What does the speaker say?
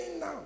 now